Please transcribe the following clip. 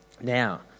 Now